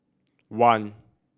one